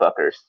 fuckers